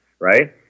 right